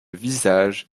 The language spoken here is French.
visage